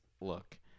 look